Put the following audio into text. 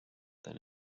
than